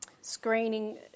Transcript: screening